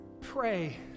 Pray